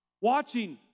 watching